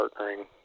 partnering